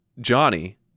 Johnny